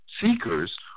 seekers